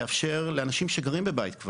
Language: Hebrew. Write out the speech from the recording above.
לאפשר את זה לאנשים שכבר גרים בבניין.